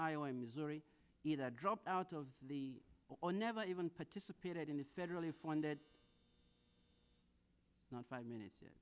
iowa missouri either dropped out of the or never even participated in the federally funded not five minute